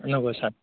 नंगौ सार